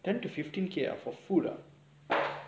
ten to fifteen K ah for food ah